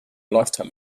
lifetime